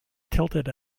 tilted